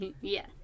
Yes